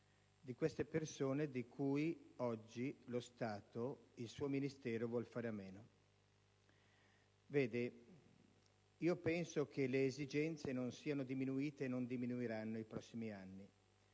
Queste persone di cui oggi lo Stato, il suo Ministero, vuole fare a meno. Penso che le esigenze non siano diminuite e non diminuiranno nei prossimi anni;